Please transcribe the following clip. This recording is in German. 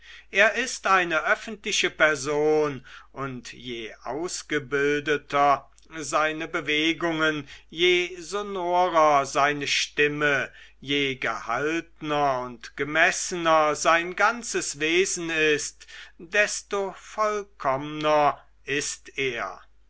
er ist eine öffentliche person und je aus gebildeter seine bewegungen je sonorer seine stimme je gehaltner und gemessener sein ganzes wesen ist desto vollkommner ist er